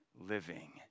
living